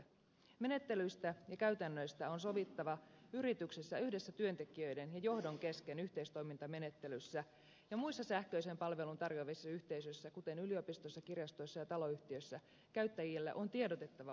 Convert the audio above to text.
menettelyistä ja käytännöistä on sovittava yrityksessä yhdessä työntekijöiden ja johdon kesken yhteistoimintamenettelyssä ja muissa sähköisen palvelun tarjoavissa yhteisöissä kuten yliopistoissa kirjastoissa ja taloyhtiöissä käyttäjille on tiedotettava ohjeista ja säännöistä